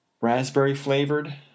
raspberry-flavored